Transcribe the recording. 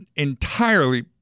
entirely